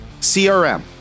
CRM